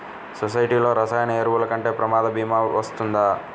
సొసైటీలో రసాయన ఎరువులు కొంటే ప్రమాద భీమా వస్తుందా?